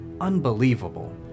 Unbelievable